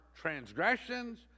transgressions